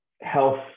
health